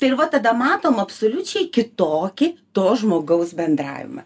tai ir va tada matom absoliučiai kitokį to žmogaus bendravimą